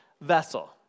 vessel